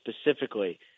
specifically